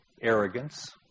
arrogance